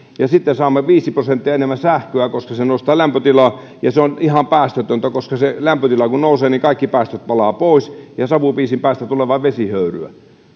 ja sitten saamme viisi prosenttia enemmän sähköä koska se nostaa lämpötilaa ja se on ihan päästötöntä koska kun se lämpötila nousee niin kaikki päästöt palavat pois ja savupiisin päästä tulee vain vesihöyryä